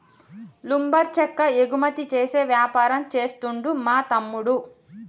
lumber చెక్క ఎగుమతి చేసే వ్యాపారం చేస్తుండు మా తమ్ముడు